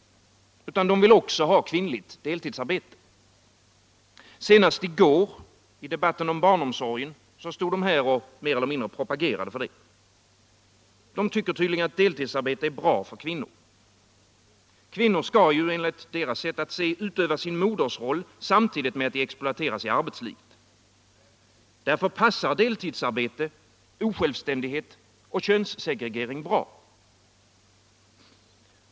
De vill också ha kvinnligt deltidsarbete. Senast i går, i debatten om barnomsorgen, stod de här och mer eller mindre propagerade för det. De tycker tydligen att deltidsarbete är bra för kvinnor. Kvinnor skall ju, enligt deras sätt att se, utöva sin modersroll samtidigt med att de exploateras i arbetslivet. Därför passar deltidsarbete. osjälvständighet och könssegregering bra.